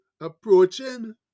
approaching